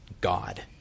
God